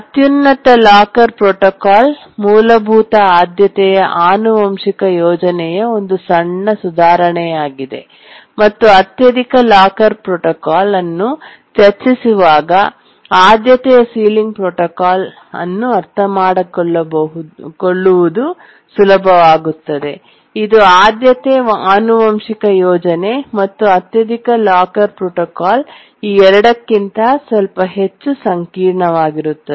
ಅತ್ಯುನ್ನತ locker protocol ಮೂಲಭೂತ ಆದ್ಯತೆಯ ಆನುವಂಶಿಕ ಯೋಜನೆಯ ಒಂದು ಸಣ್ಣ ಸುಧಾರಣೆಯಾಗಿದೆ ಮತ್ತು ಅತ್ಯಧಿಕ ಲಾಕರ್ ಪ್ರೋಟೋಕಾಲ್ ಅನ್ನು ಚರ್ಚಿಸುವಾಗ ಆದ್ಯತೆಯ ಸೀಲಿಂಗ್ ಪ್ರೋಟೋಕಾಲ್ ಅನ್ನು ಅರ್ಥಮಾಡಿಕೊಳ್ಳುವುದು ಸುಲಭವಾಗುತ್ತದೆ ಇದು ಆದ್ಯತೆ ಆನುವಂಶಿಕ ಯೋಜನೆ ಮತ್ತು ಅತ್ಯಧಿಕ ಲಾಕರ್ ಪ್ರೋಟೋಕಾಲ್ ಈ ಎರಡಕ್ಕಿಂತ ಸ್ವಲ್ಪ ಹೆಚ್ಚು ಸಂಕೀರ್ಣವಾಗಿರುತ್ತದೆ